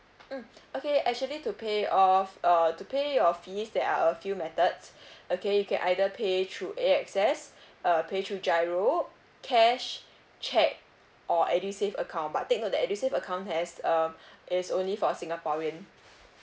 mm okay actually to pay off uh to pay your fees there are a few methods okay you can either pay through A_X_S uh pay through giro cash cheque or edusave account but take note that edusave account has uh is only for a singaporean